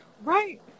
Right